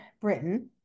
Britain